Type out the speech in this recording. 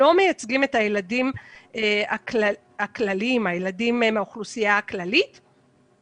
לא מייצגים את הילדים הכלליים כלומר את הילדים מהאוכלוסייה הכללית,